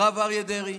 הרב אריה דרעי,